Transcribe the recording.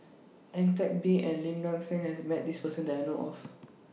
Ang Teck Bee and Lim Nang Seng has Met This Person that I know of